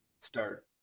start